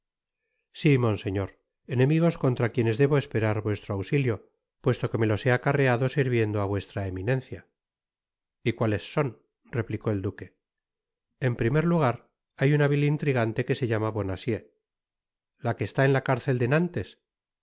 si monseñor enemigos contra quienes debo esperar vuestro ausilio puesto que me los he acarreado sirviendo á vuestra eminencia y cuáles son replicó el duque en primer lugar hay una vil intrigante que se llama bonacieux la que está en la cárcel de nantes